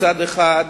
מצד אחד,